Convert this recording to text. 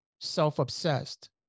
self-obsessed